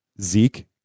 Zeke